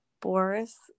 Boris